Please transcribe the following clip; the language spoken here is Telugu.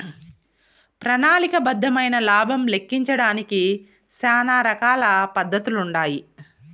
ప్రణాళిక బద్దమైన లాబం లెక్కించడానికి శానా రకాల పద్దతులుండాయి